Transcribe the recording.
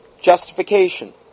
Justification